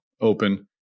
open